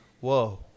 whoa